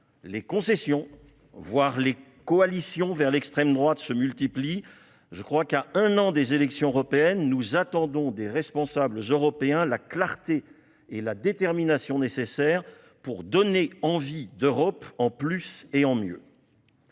droite, voire les coalitions avec elle, se multiplient. À un an des élections européennes, nous attendons des responsables européens la clarté et la détermination nécessaires pour donner envie d'Europe en plus et en mieux.